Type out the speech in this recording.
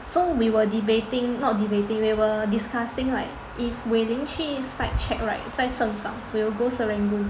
so we were debating not debating we were discussing like if Wei Ling 去 site check right 在盛港 we will go Serangoon